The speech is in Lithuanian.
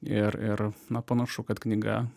ir ir na panašu kad knyga